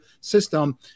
system